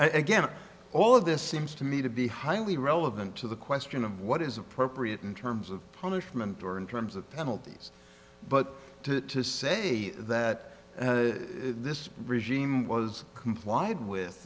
guess all of this seems to me to be highly relevant to the question of what is appropriate in terms of punishment or in terms of penalties but to say that this regime was complied with